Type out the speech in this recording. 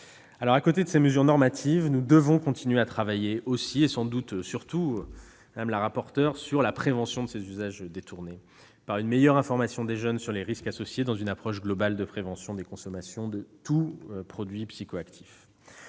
À côté de ces mesures normatives, nous devons continuer à travailler, aussi et sans doute surtout, madame la rapporteure, sur la prévention des usages détournés, par une meilleure information des jeunes sur les risques associés, dans une approche globale de prévention des consommations de tous les produits psychoactifs.